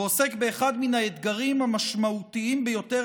ועוסק באחד מן האתגרים המשמעותיים ביותר